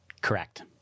correct